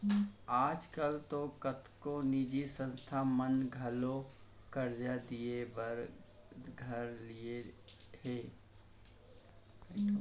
आज काल तो कतको निजी संस्था मन घलौ करजा दिये बर धर लिये हें